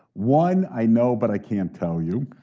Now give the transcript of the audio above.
one i know but i can't tell you.